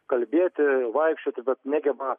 kalbėti vaikščioti bet negeba